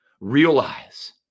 Realize